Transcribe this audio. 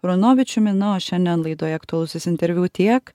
ronovičiumi na o šiandien laidoje aktualusis interviu tiek